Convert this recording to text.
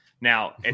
Now